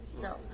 No